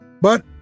But